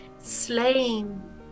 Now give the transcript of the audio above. slain